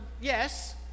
yes